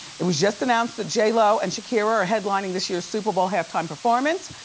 it was just announced that j lo and shakira are headlining this year's super bowl halftime performance.